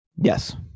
Yes